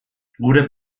gure